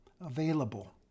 available